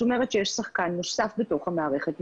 זאת אומרת, יש שחקן נוסף בתוך המערכת.